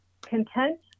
content